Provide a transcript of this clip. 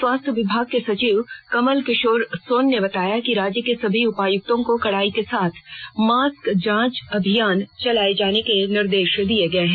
स्वास्थ्य विभाग के सचिव कमल किशोर सोन ने बताया कि राज्य के सभी उपायुक्तों को कड़ाई के साथ मास्क जांच अभियान चलाये जाने के निर्देश दिए गए हैं